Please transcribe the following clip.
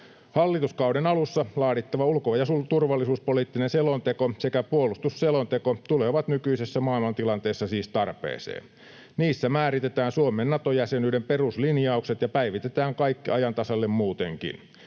Hallituskauden alussa laadittava ulko- ja turvallisuuspoliittinen selonteko sekä puolustusselonteko tulevat nykyisessä maailmantilanteessa siis tarpeeseen. Niissä määritetään Suomen Nato-jäsenyyden peruslinjaukset ja päivitetään kaikki ajan tasalle muutenkin.